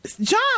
John